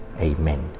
Amen